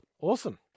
Awesome